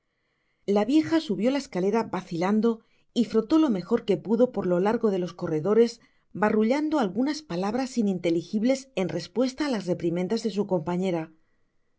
la vieja subió la escalera vacilando y frotó lo mejor que pudo por lo largo de los corredores barbullando algunas palabras ininteligibles en respuesta á las reprimendas de su compañera